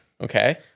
Okay